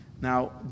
Now